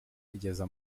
igeza